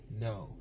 No